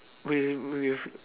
with with